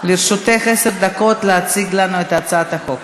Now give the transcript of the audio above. לרשותך עשר דקות להציג לנו את הצעת החוק.